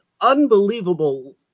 unbelievable